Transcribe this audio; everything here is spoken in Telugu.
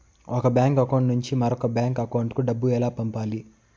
ఒక బ్యాంకు అకౌంట్ నుంచి మరొక బ్యాంకు అకౌంట్ కు డబ్బు ఎలా పంపాలి